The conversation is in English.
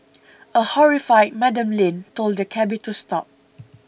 a horrified Madam Lin told the cabby to stop